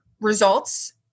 results